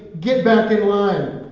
get back in line!